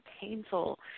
painful